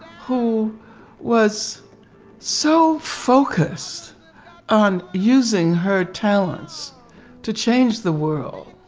who was so focused on using her talents to change the world,